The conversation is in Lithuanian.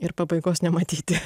ir pabaigos nematyti